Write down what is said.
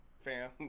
fam